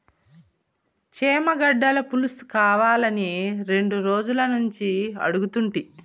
చేమగడ్డల పులుసుకావాలని రెండు రోజులనుంచి అడుగుతుంటి